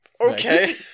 okay